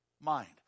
mind